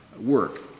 work